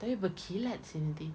tapi berkilat seh nanti